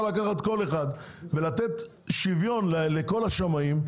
לקחת כל אחד ולתת שוויון לכל השמאים,